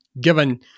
given